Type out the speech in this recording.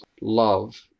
Love